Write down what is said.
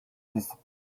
discipline